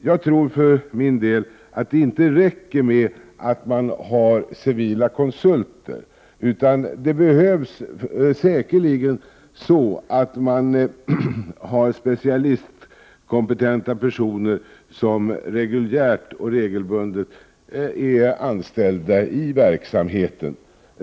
Jag tror för min del att det inte räcker med att man har civila konsulter, utan det behövs säkerligen att man har specialistkompetenta personer som reguljärt anställda i verksamheten.